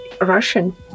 Russian